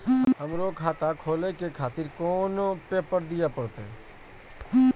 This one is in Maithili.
हमरो खाता खोले के खातिर कोन पेपर दीये परतें?